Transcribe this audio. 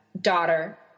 daughter